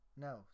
No